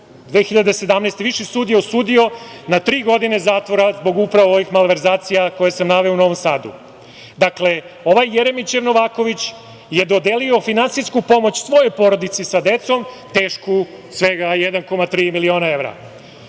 godine Viši sud je osudio na tri godine zatvora, zbog upravo ovih malverzacija koje sam naveo, u Novom Sadu. Dakle, ovaj Jeremićev Novaković je dodelio finansijsku pomoć svojoj porodici sa decom, tešku svega 1,3 miliona evra.